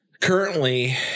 currently